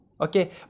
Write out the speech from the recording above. okay